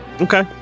Okay